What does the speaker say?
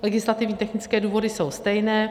Legislativně technické důvody jsou stejné.